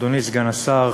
אדוני סגן השר,